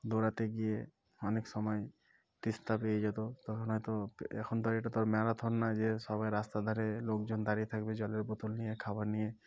দৌড়াতে গিয়ে অনেক সময় তিস্তা পেয়ে যেত তখন হয়তো এখন তো এটা তোর ম্যারাথন না যে সবাই রাস্তা ধারে লোকজন দাঁড়িয়ে থাকবে জলের বোতল নিয়ে খাবার নিয়ে